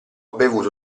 bevuto